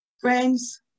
Friends